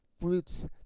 fruits